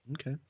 okay